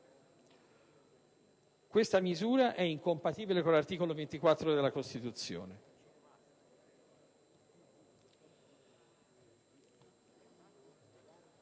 Tale misura è incompatibile con l'articolo 24 della Costituzione.